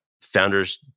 founders